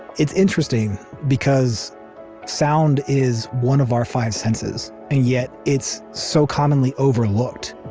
it's interesting because sound is one of our five senses and yet, it's so commonly overlooked.